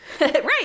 right